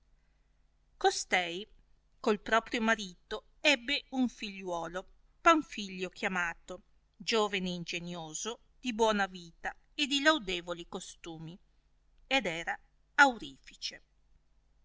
costei col proprio marito ebbe un figliuolo panfilio chiamato giovene ingenioso di buona vita e di laudevoli costumi ed era aurifìce